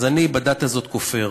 אז אני בדת הזאת כופר,